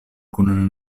kun